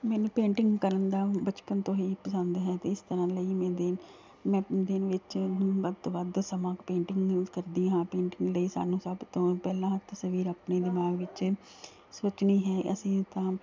ਮੈਨੂੰ ਪੇਂਟਿੰਗ ਕਰਨ ਦਾ ਬਚਪਨ ਤੋਂ ਹੀ ਪਸੰਦ ਹੈ ਅਤੇ ਇਸ ਤਰ੍ਹਾਂ ਲਈ ਮੈਂ ਦਿ ਮੈਂ ਦਿਨ ਵਿੱਚ ਵੱਧ ਤੋਂ ਵੱਧ ਸਮਾਂ ਪੇਂਟਿੰਗ ਨੂੰ ਕਰਦੀ ਹਾਂ ਪੇਂਟਿੰਗ ਲਈ ਸਾਨੂੰ ਸਭ ਤੋਂ ਪਹਿਲਾਂ ਤਸਵੀਰ ਆਪਣੇ ਦਿਮਾਗ ਵਿੱਚ ਸੋਚਣੀ ਹੈ ਅਸੀਂ ਤਾਂ